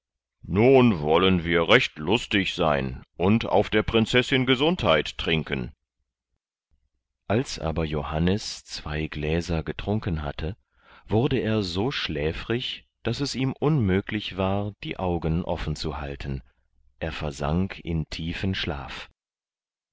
nun wollen wir recht lustig sein und auf der prinzessin gesundheit trinken als aber johannes zwei gläser getrunken hatte wurde er so schläfrig daß es ihm unmöglich war die augen offen zu halten er versank in tiefen schlaf